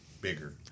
bigger